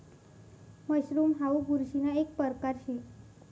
mushroom हाऊ बुरशीना एक परकार शे